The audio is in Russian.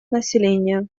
населения